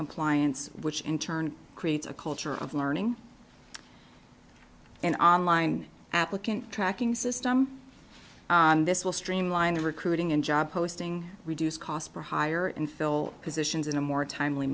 compliance which in turn creates a culture of learning and online applicant tracking system this will streamline the recruiting and job posting reduce cost for higher and fill positions in a more timely